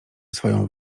swoją